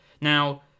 Now